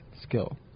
skill